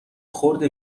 خرد